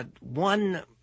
One